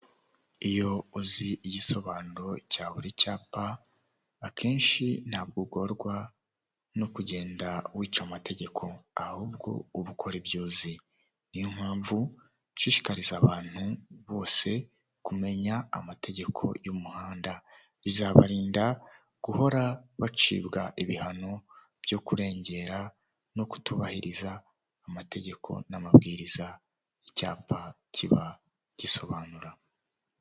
Iyo uzi igisobanuro cya buri cyapa akenshi ntabwo ugorwa no kugenda wica amategeko ahubwo uba ukore ibyo uzi, ni yo mpamvu nshishikariza abantu bose kumenya amategeko y'umuhanda, bizabarinda guhora bacibwa ibihano byo kurengera no kutubahiriza amategeko n'amabwiriza icyapa kiba gisobanura.